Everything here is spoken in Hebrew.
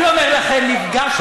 אני אומר לכם, נפגשתי, אוקיי.